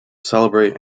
celebrate